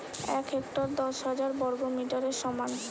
এক হেক্টর দশ হাজার বর্গমিটারের সমান